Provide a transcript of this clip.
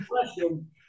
question